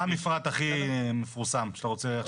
מה המפרט הכי מפורסם שאתה רוצה עכשיו?